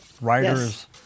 writers